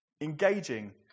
engaging